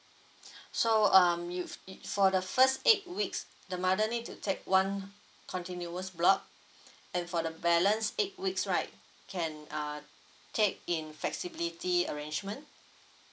so um you if for the first eight weeks the mother need to take one continuous block and for the balance eight weeks right can uh take in flexibility arrangement